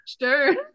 Sure